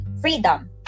freedom